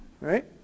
right